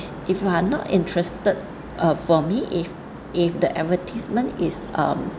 if you are not interested uh for me if if the advertisement is um